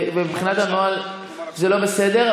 מבחינת הנוהל זה לא בסדר,